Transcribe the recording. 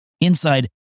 Inside